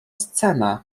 scena